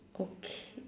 okay